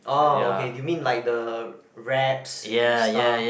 orh okay you mean like the raps and stuff